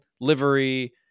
livery